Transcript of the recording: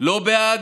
לא בעד,